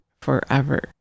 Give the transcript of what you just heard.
forever